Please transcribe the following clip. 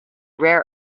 rare